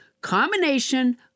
combination